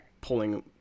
pulling